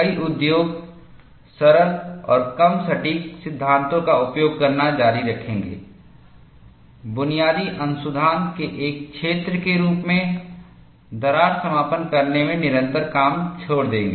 कई उद्योग सरल और कम सटीक सिद्धांतों का उपयोग करना जारी रखेंगे बुनियादी अनुसंधान के एक क्षेत्र के रूप में दरार समापन करने में निरंतर काम छोड़ देंगे